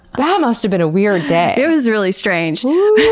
that must've been a weird day. it was really strange. oh,